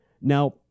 Now